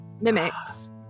Mimics